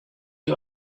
you